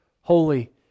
holy